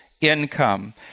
income